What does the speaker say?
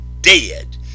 dead